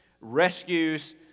rescues